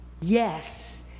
yes